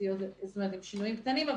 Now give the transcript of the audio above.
עם שינויים קטנים.